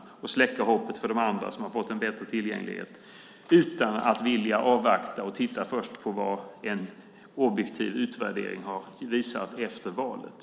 Samtidigt släcker Socialdemokraterna då hoppet för andra som fått en bättre tillgänglighet, bara för att de inte vill avvakta och först titta på vad en objektiv utvärdering har visat efter valet.